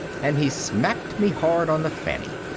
and he smacked me hard on the fanny.